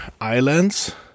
islands